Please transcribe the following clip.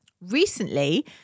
Recently